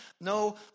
No